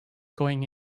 going